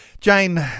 Jane